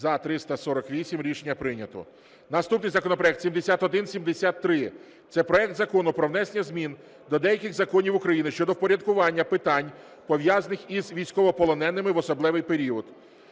За – 348 Рішення прийнято. Наступний законопроект 7173 – це проект Закону про внесення змін до деяких законів України щодо впорядкування питань, пов’язаних із військовополоненими в особливий період.